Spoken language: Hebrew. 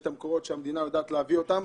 יש את המקורות שהמדינה יודעת להביא אותם.